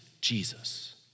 Jesus